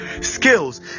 Skills